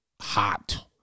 hot